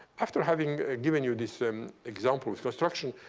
after having given you this um example, this construction,